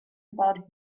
about